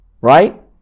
Right